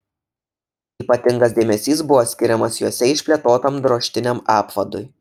ypatingas dėmesys buvo skiriamas juose išplėtotam drožtiniam apvadui